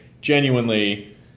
genuinely